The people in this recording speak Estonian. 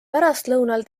pärastlõunal